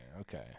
Okay